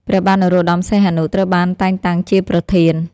ព្រះបាទនរោត្តម សីហនុ ត្រូវបានតែងតាំងជាប្រធាន ។